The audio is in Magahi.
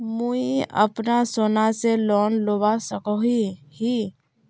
मुई अपना सोना से लोन लुबा सकोहो ही?